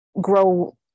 grow